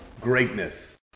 greatness